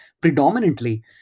predominantly